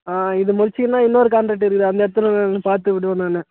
ஆ இது முடிச்சீங்கன்னா இன்னோரு காண்ட்ரேட் இருக்குது அந்த இடத்துல போய் பார்த்து விடுவேன் நான்